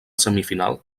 semifinal